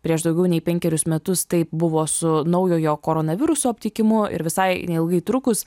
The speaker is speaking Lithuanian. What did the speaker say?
prieš daugiau nei penkerius metus taip buvo su naujojo koronaviruso aptikimu ir visai neilgai trukus